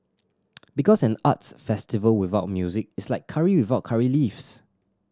because an arts festival without music is like curry without curry leaves